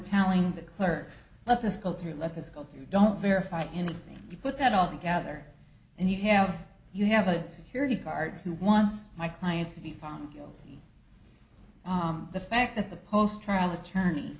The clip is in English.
telling the clerks let us go through let us go through don't verify anything you put that all together and you have you have a security guard who wants my client to be found guilty the fact that the post trial attorney